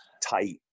tight